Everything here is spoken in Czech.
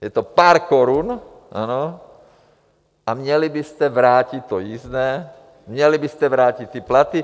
Je to pár korun, ano, a měli byste vrátit to jízdné, měli byste vrátit ty platy.